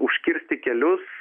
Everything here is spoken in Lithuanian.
užkirsti kelius